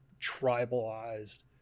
tribalized